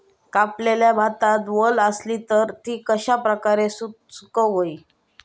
कापलेल्या भातात वल आसली तर ती कश्या प्रकारे सुकौक होई?